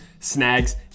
snags